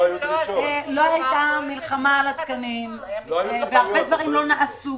לא הייתה מלחמה על התקנים והרבה דברים לא נעשו.